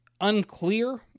Unclear